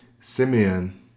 Simeon